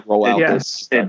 Yes